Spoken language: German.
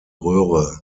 röhre